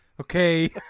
Okay